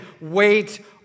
Wait